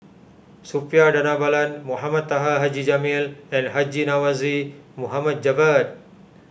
Suppiah Dhanabalan Mohamed Taha Haji Jamil and Haji Namazie Mohd Javad